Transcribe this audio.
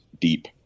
deep